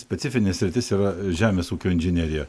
specifinė sritis yra žemės ūkio inžinerija